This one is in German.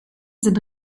sind